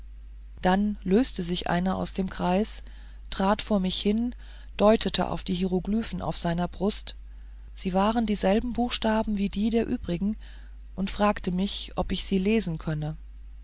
dann löste sich einer aus dem kreis trat vor mich hin deutete auf die hieroglyphen auf seiner brust sie waren dieselben buchstaben wie die der übrigen und fragte mich ob ich sie lesen könne